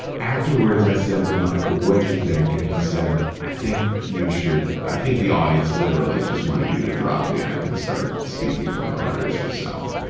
afterwards i said to michael, what'd you think? and he said, i think you should, i think the audience literally just wanted you to drop the act and start speaking from the heart as yourself.